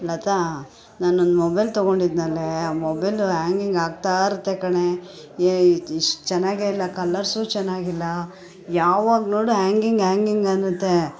ಲತಾ ನಾನೊಂದು ಮೊಬೈಲ್ ತಗೊಂಡಿದ್ನಲ್ಲೇ ಆ ಮೊಬೈಲು ಆ್ಯಂಗಿಂಗ್ ಆಗ್ತಾಯಿರುತ್ತೆ ಕಣೆ ಏ ಇಷ್ಟು ಚೆನ್ನಾಗೆ ಇಲ್ಲ ಕಲರ್ಸು ಚೆನ್ನಾಗಿಲ್ಲ ಯಾವಾಗ ನೋಡು ಆ್ಯಂಗಿಂಗ್ ಆ್ಯಂಗಿಂಗ್ ಅನ್ನುತ್ತೆ